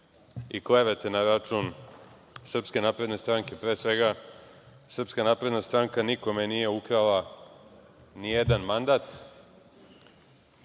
i klevete na račun Srpske napredne stranke. Pre svega, Srpska napredna stranka nikome nije ukrala ni jedan mandat.